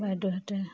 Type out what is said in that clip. বাইদেউহঁতে